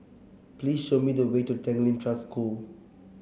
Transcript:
please show me the way to Tanglin Trust School